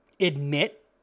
admit